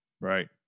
Right